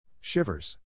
Shivers